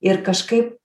ir kažkaip